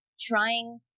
Trying